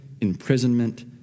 imprisonment